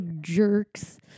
jerks